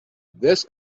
this